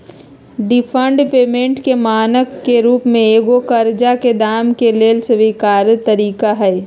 deferred payment के मानक के रूप में एगो करजा के दाम के लेल स्वीकार तरिका हइ